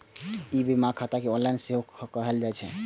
ई बीमा खाता ऑनलाइन सेहो खोलाएल जा सकैए